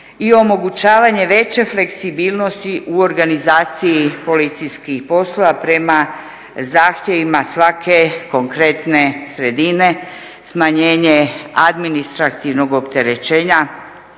i omogućavanje veće fleksibilnosti u organizaciji policijskih poslova prema zahtjevima svake konkretne sredine, smanjenje administrativnog opterećenja